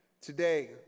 Today